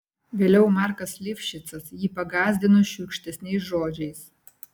vėliau markas livšicas jį pagąsdino šiurkštesniais žodžiais